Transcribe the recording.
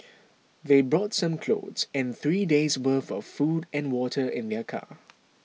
they brought some clothes and three day's worth of food and water in their car